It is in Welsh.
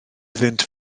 iddynt